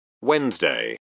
Wednesday